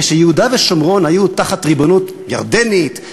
כשיהודה ושומרון היו תחת ריבונות ירדנית,